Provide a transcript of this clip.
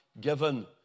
given